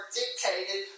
dictated